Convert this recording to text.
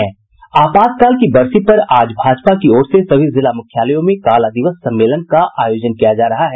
आपातकाल की बरसी पर आज भाजपा की ओर से सभी जिला मुख्यालयों में काला दिवस सम्मेलन का आयोजन किया जा रहा है